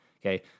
okay